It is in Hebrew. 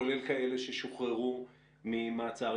כולל כאלה ששוחררו ממעצר.